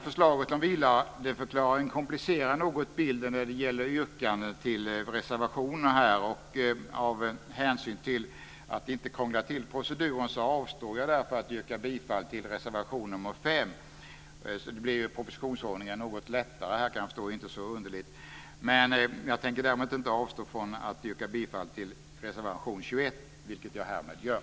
Förslaget om vilandeförklaring komplicerar bilden något när det gäller yrkanden till reservationerna. För att inte krångla till proceduren avstår jag från att yrka bifall till reservation nr 5. Vad jag kan förstå blir propositionsordningen något lättare på det sättet. Men jag tänker däremot inte avstå från att yrka bifall till reservation nr 21, vilket jag härmed gör.